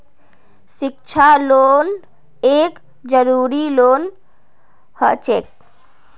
शिक्षा लोन एक जरूरी लोन हछेक